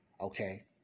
okay